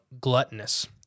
gluttonous